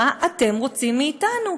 מה אתם רוצים מאתנו?